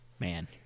Man